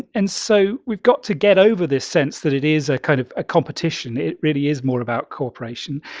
and so we've got to get over this sense that it is a kind of a competition. it really is more about cooperation.